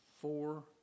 four